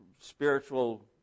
spiritual